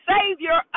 Savior